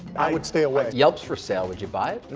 i would stay away. yelps for sale. would you buy it?